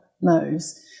knows